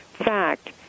fact